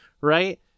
right